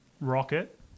rocket